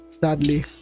Sadly